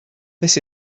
this